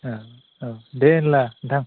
औ औ दे होनब्ला नोंथां